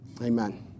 Amen